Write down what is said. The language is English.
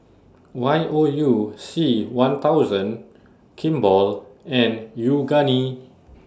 Y O U C one thousand Kimball and Yoogane